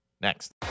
next